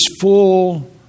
full